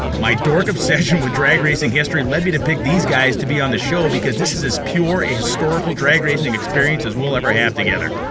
my dork obsession with drag racing history led me to pick these guys to be on the show because this is as pure a historical drag racing experience as we'll ever have together.